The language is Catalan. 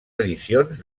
edicions